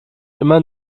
immer